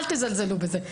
אל תזלזלו בזה.